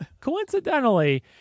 Coincidentally